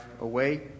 away